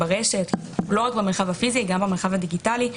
לא רק במרחב הפיזי גם במרחב הדיגיטלי,